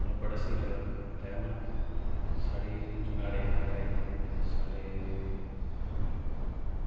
मतलब कि बड़ा स्हेई ऐ तैरना साढ़े कुंजु नाड़े दी खड्ड आई साढ़े